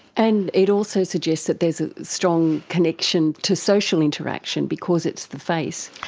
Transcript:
and it also suggests that there is a strong connection to social interaction because it's the face.